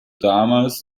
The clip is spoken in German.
damals